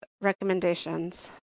recommendations